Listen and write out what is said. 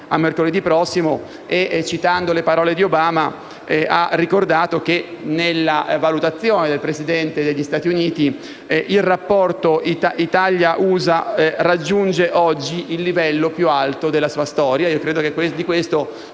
a mercoledì prossimo e, citando le parole di Obama, ha ricordato che nella valutazione del Presidente degli Stati Uniti, il rapporto Italia-USA raggiunge oggi il livello più alto della sua storia. Credo che di questo